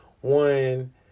One